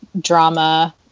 drama